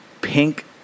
Pink